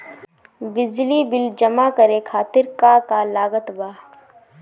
बिजली बिल जमा करे खातिर का का लागत बा?